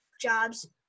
jobs